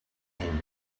came